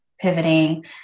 pivoting